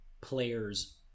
Players